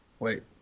Wait